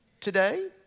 today